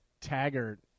Taggart